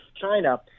China